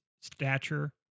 stature